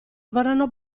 vorranno